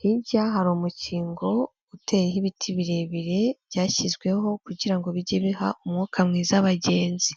hirya hari umukingo uteyeho ibiti birebire byashyizweho kugira ngo bijye biha umwuka mwiza abagenzi.